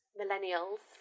millennials